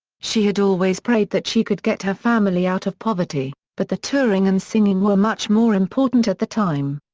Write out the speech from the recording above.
she had always prayed that she could get her family out of poverty, but the touring and singing were much more important at the time.